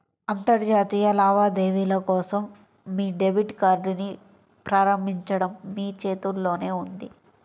అంతర్జాతీయ లావాదేవీల కోసం మీ డెబిట్ కార్డ్ని ప్రారంభించడం మీ చేతుల్లోనే ఉంది